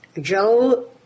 Joe